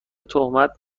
تهمت